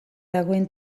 dagoen